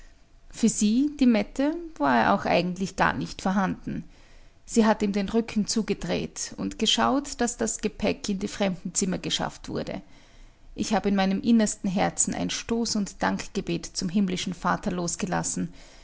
für sie die mette war er auch eigentlich gar nicht vorhanden sie hat ihm den rücken zugedreht und geschaut daß das gepäck in die fremdenzimmer geschafft wurde ich hab in meinem innersten herzen ein stoß und dankgebet zum himmlischen vater losgelassen